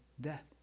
death